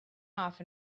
off